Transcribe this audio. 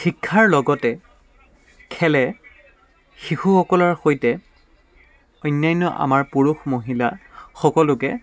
শিক্ষাৰ লগতে খেলে শিশুসকলৰ সৈতে অন্যান্য আমাৰ পুৰুষ মহিলা সকলোকে